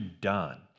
done